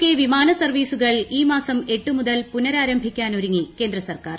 K വിമാന സർവ്വീസുകൾ ഈ മാസം എട്ട് മുതൽ പുനരാരംഭിക്കാനൊരുങ്ങി കേന്ദ്ര സർക്കാർ